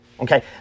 Okay